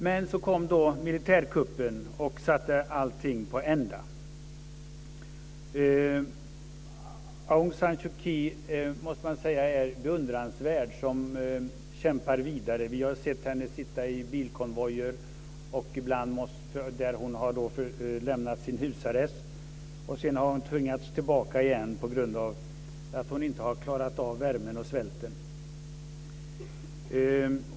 Men så kom militärkuppen och satte allting på ända. Aung San Suu Kyi måste sägas vara beundransvärd som kämpar vidare. Vi har sett henne sitta i bilkonvojer, när hon lämnat sin husarrest, och sedan tvingats tillbaka igen på grund av att hon inte har klarat av värmen och svälten.